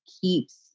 keeps